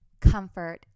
comfort